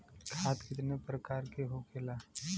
खाद कितने प्रकार के होखेला?